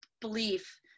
belief